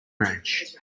branch